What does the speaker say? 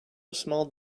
small